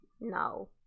No